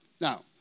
Now